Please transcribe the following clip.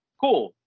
cool